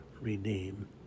redeem